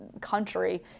country